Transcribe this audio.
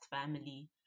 family